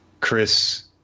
Chris